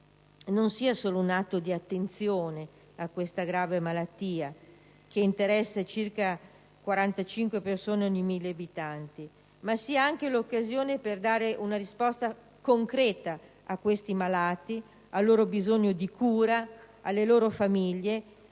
non sia solo un atto di attenzione a questa grave malattia che interessa circa 45 persone ogni mille abitanti, ma sia anche l'occasione per dare una risposta concreta a questi malati, al loro bisogno di cura, alle loro famiglie